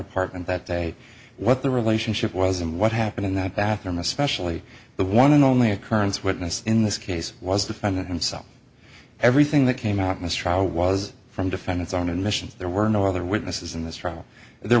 apartment that day what the relationship was and what happened in that bathroom especially the one and only occurrence witness in this case was a defendant himself everything that came out mistrial was from defendant's own admission there were no other witnesses in this trial there